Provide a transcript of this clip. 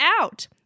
out